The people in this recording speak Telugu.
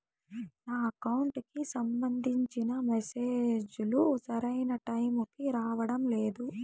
నా అకౌంట్ కి సంబంధించిన మెసేజ్ లు సరైన టైముకి రావడం లేదు